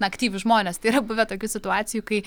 na aktyvius žmones tai yra buvę tokių situacijų kai